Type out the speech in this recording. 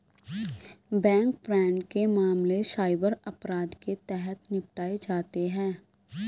bank fraud के मामले cyber अपराध के तहत निपटाए जाते हैं